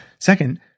Second